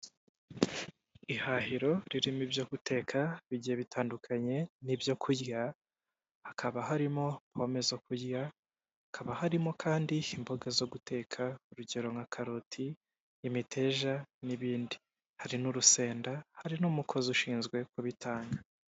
Ihahiro ririmo ibyo guteka bigiye bitandukanye n'ibyo kurya, hakaba harimo pome zo kurya, hakaba harimo kandi imboga zo guteka urugero nka karoti, imiteja, n'ibindi. Hari n'urusenda hari n'umukozi ushinzwe kubitanga.